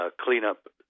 cleanup